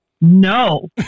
No